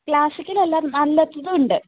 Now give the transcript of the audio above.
classical അല്ല അല്ലാത്തതും ഉണ്ട്